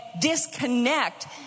disconnect